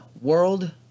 world